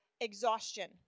exhaustion